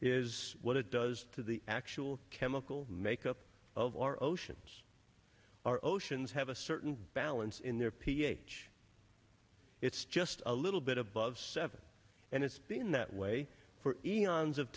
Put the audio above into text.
what it does to the actual chemical makeup of our oceans our oceans have a certain balance in their ph it's just a little bit above seventy and it's been that way for eons of